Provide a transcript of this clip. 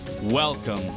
Welcome